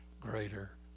greater